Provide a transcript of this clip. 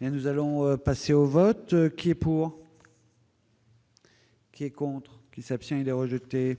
nous allons passer au vote qui est pour. Qui est contre qui s'abstient, il est rejeté,